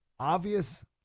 Obvious